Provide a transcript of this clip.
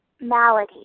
malady